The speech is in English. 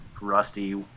rusty